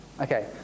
Okay